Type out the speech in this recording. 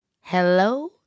Hello